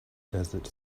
desert